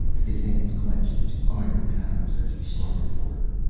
his hands clenched into iron hammers as he started for her.